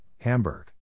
Hamburg